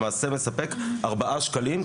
למעשה מספק ארבעה שקלים,